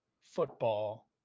football